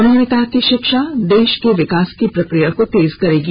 उन्होंने कहा कि शिक्षा देश के विकास की प्रक्रिया को तेज करेगी